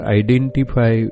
identify